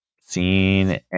seen